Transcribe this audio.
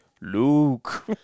Luke